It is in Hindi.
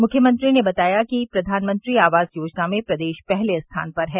मुख्यमंत्री ने बताया कि प्रधानमंत्री आवास योजना में प्रदेश पहले स्थान पर है